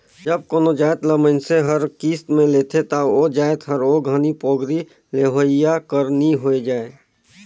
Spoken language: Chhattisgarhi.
जब कोनो जाएत ल मइनसे हर किस्त में लेथे ता ओ जाएत हर ओ घनी पोगरी लेहोइया कर नी होए जाए